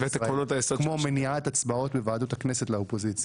כמו מניעת הצבעות בוועדות בכנסת לאופוזיציה.